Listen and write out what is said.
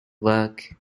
work